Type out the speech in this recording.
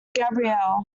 gabrielle